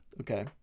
Okay